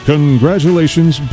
Congratulations